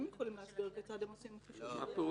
הם יכולים להסביר כיצד הם עושים את החישוב.